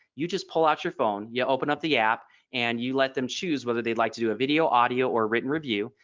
you just pull out your phone you yeah open up the app and you let them choose whether they'd like to do a video audio or written review.